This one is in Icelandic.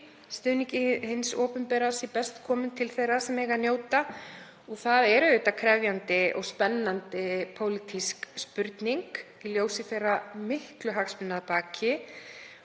stuðningi hins opinbera sé best komið til þeirra sem eiga að njóta. Það er auðvitað krefjandi og spennandi pólitísk spurning í ljósi þeirra miklu hagsmuna